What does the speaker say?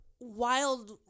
wild